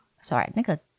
Sorry,那个